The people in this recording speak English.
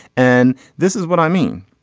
and this is what i mean.